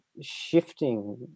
shifting